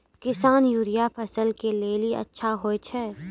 किसान यूरिया फसल के लेली अच्छा होय छै?